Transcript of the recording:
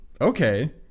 Okay